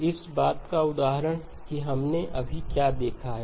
इस बात का उदाहरण कि हमने अभी क्या देखा है